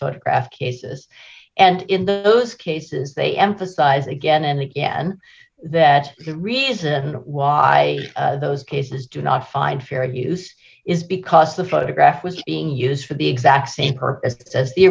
photograph cases and in the those cases they emphasize again and again that the reason why those cases do not find fair use is because the photograph was being used for the exact same purpose as the